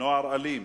נוער אלים,